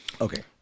okay